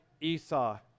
Esau